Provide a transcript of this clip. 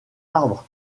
arbres